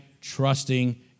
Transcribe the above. trusting